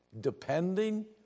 Depending